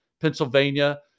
Pennsylvania